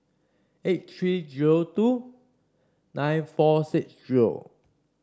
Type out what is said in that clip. eight three zero two nine four six zero